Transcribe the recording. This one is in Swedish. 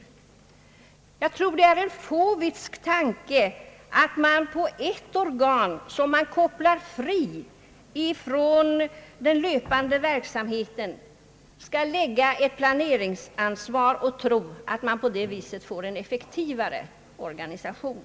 Det är enligt mitt förmenande en fåvitsk tanke att på ett organ som man kopplar fritt från den löpande verksamheten lägga ett planeringsansvar och tro att man på det viset får en effektivare organisation.